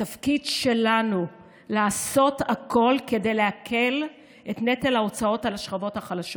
התפקיד שלנו לעשות הכול כדי להקל את נטל ההוצאות על השכבות החלשות.